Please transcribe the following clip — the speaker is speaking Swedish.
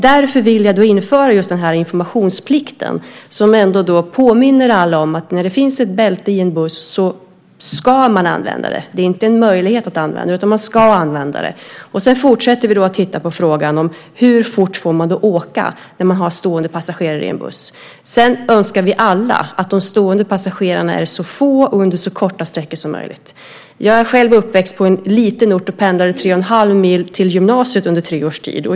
Därför vill jag införa informationsplikten, som ändå påminner alla om att när det finns ett bälte i en buss så ska man använda det. Det är inte en möjlighet att använda det, utan man ska använda det. Vi fortsätter att titta på frågan om hur fort man får åka när man har stående passagerare i en buss. Vi önskar alla att de stående passagerarna är så få och finns där under så korta sträckor som möjligt. Jag är själv uppväxt på en liten ort och pendlade tre och en halv mil till gymnasiet under tre års tid.